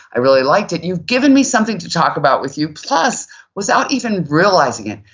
i really liked it, you've given me something to talk about with you plus without even realizing it,